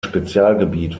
spezialgebiet